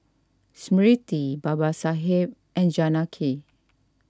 Smriti Babasaheb and Janaki